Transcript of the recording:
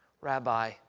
Rabbi